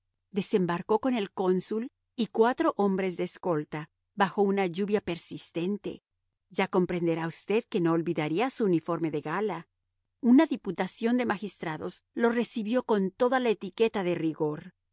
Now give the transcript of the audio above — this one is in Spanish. desembarcó con el cónsul y cuatro hombres de escolta bajo una lluvia persistente ya comprenderá usted que no olvidaría su uniforme de gala una diputación de magistrados lo recibió con toda la etiqueta de rigor